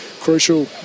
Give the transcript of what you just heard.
crucial